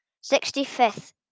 sixty-fifth